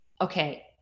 okay